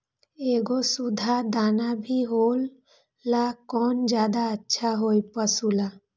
एगो सुधा दाना भी होला कौन ज्यादा अच्छा होई पशु ला?